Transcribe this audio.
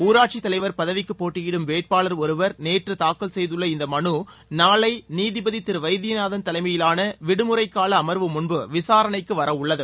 ஊராட்சித் தலைவர் பதவிக்குப் போட்டியிடும் வேட்பாளர் ஒருவர் நேற்று தாக்கல் செய்துள்ள இந்த மனு நாளை நீதிபதி திரு வைத்தியநாதன் தலைமையிலான விடுமுறைக்கால அமர்வு முன்பு விசாரணைக்கு வர உள்ளது